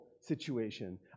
situation